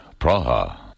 Praha